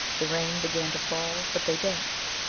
the rain began to fall, but they danced.